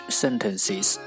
sentences